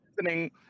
listening